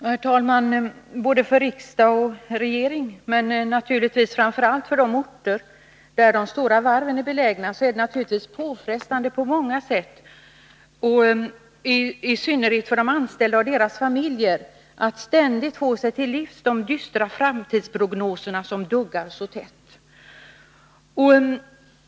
Herr talman! Både för riksdag och för regering, men naturligtvis framför allt för de orter där de stora varven är belägna, är det givetvis påfrestande på många sätt, i synnerhet för de anställda och deras familjer, att få sig till livs de dystra framtidsprognoser som duggar så tätt.